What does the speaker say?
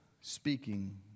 speaking